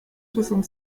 soixante